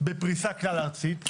בפריסה כלל ארצית.